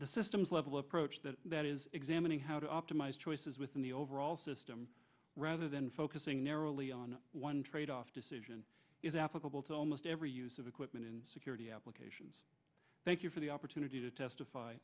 the systems level approach that that is examining how to optimize choices within the overall system rather than focusing narrowly on one trade off decision is applicable to almost every use of equipment in security applications thank you for the opportunity to testify